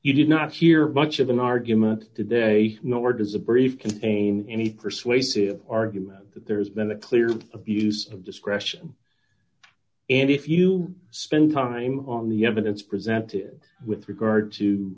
you did not hear much of an argument today nor does a brief contain anything for slay says argument that there's been a clear abuse of discretion and if you spend time on the evidence presented with regard to